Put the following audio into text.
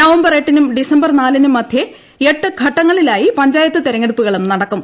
November എട്ടിനും December നാലിനും മദ്ധ്യേ എട്ട് ഘട്ടങ്ങളിലായി പഞ്ചായത്ത് തെരഞ്ഞെടുപ്പുകളും നടക്കും